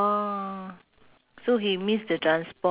ah ya ya ya they